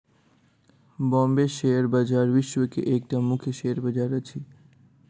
Bombay share बजार विश्व के एकटा मुख्य शेयर बजार अछि